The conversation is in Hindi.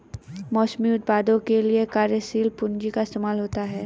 मौसमी उत्पादों के लिये कार्यशील पूंजी का इस्तेमाल होता है